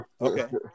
Okay